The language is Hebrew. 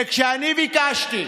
וכשאני ביקשתי,